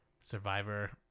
survivor